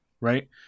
right